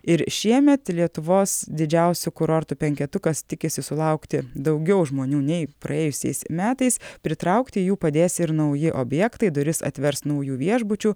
ir šiemet lietuvos didžiausių kurortų penketukas tikisi sulaukti daugiau žmonių nei praėjusiais metais pritraukti jų padės ir nauji objektai duris atvers naujų viešbučių